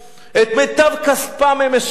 את מיטב כספם הם משלמים,